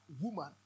woman